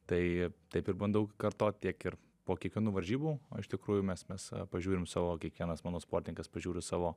tai taip ir bandau kartot tiek ir po kiekvienų varžybų o iš tikrųjų mes mes pažiūrim savo kiekvienas manau sportininkas pažiūri savo